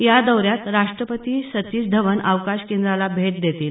या दौऱ्यात राष्ट्रपती सतीश धवन अवकाश केंद्राला भेट देतील